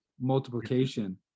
multiplication